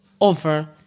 over